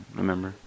remember